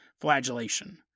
flagellation